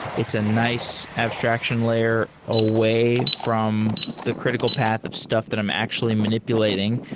it's a nice abstraction layer away from the critical path of stuff that i'm actually manipulating,